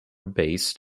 based